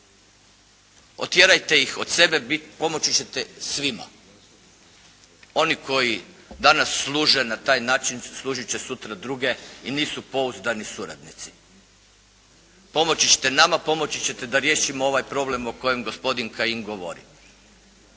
Otjerajte ih od sebe, pomoći ćete svima. Oni koji danas služe na taj način služit će sutra druge i nisu pouzdani suradnici. Pomoći ćete nama, pomoći ćete da riješimo ovaj problem o kojem gospodin Kajin govori.